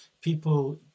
People